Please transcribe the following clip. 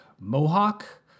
mohawk